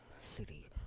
city